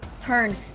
turn